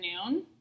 afternoon